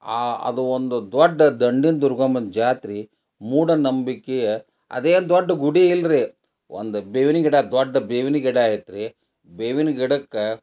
ಆ ಅದು ಒಂದು ದೊಡ್ಡ ದಂಡಿನ ದುರ್ಗಮ್ಮನ ಜಾತ್ರೆ ಮೂಢನಂಬಿಕೆ ಅದೇನೂ ದೊಡ್ಡ ಗುಡಿ ಇಲ್ಲ ರಿ ಒಂದು ಬೇವಿನ ಗಿಡ ದೊಡ್ಡ ಬೇವಿನ ಗಿಡ ಐತ್ರಿ ಬೇವಿನ ಗಿಡಕ್ಕೆ